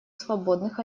свободных